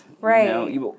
Right